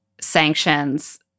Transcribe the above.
sanctions